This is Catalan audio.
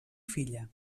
filla